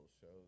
shows